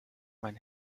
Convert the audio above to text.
mein